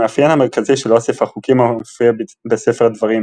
המאפיין המרכזי של אוסף החוקים המופיע בספר דברים,